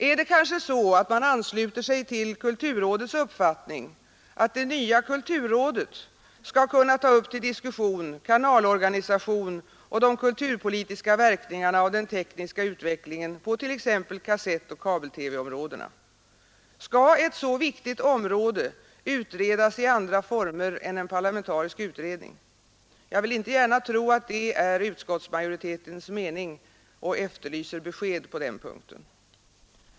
Är det kanske så att man ansluter sig till kulturrådets uppfattning att det nya kulturrådet skall kunna ta upp till diskussion kanalorganisation och de kulturpolitiska verkningarna av den tekniska utvecklingen på t.ex. kassettoch kabel-TV-områdena? Skall ett så viktigt område utredas i andra former än genom en parlamentarisk utredning? Jag vill inte gärna tro att det är utskottsmajoritetens mening, och jag efterlyser besked på den punkten.